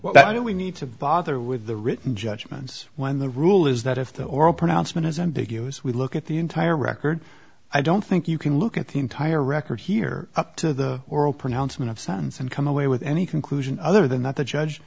know we need to bother with the written judgments when the rule is that if the oral pronouncement as ambiguous we look at the entire record i don't think you can look at the entire record here up to the oral pronouncement of science and come away with any conclusion other than that the judge